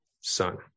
son